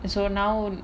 and so now